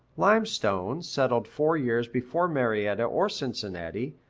limestone, settled four years before marietta or cincinnati,